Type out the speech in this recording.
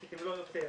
אם לא יותר.